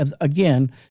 again